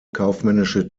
kaufmännische